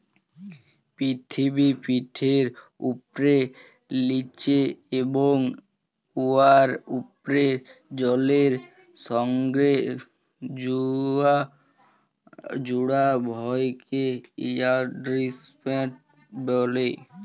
পিথিবীপিঠের উপ্রে, লিচে এবং উয়ার উপ্রে জলের সংগে জুড়া ভরকে হাইড্রইস্ফিয়ার ব্যলে